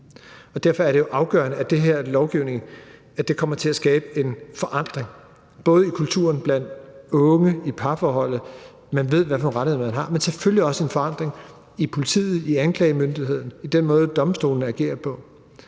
Derfor er det afgørende, at den her lovgivning kommer til at skabe en forandring. Det er i kulturen blandt unge, så de ved, hvilke rettigheder man har, men selvfølgelig også en forandring i politiet, hos anklagemyndigheden og i den måde, som domstolene agerer på.